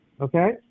okay